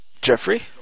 Jeffrey